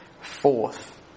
Fourth